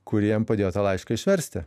kur jam padėjo tą laišką išversti